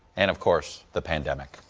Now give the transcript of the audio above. and, of course, the pandemic.